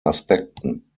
aspekten